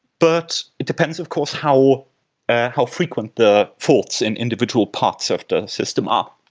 but it depends of course how how frequent the faults in individual parts of the system are.